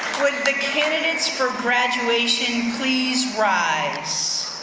will the candidates for graduation please rise.